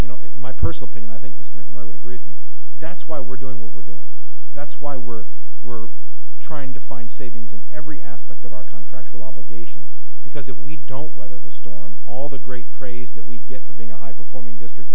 you know my personal opinion i think mr ignore would agree with me that's why we're doing what we're doing that's why we're we're trying to find savings in every aspect of our contract to obligations because if we don't weather the storm all the great praise that we get for being a high performing district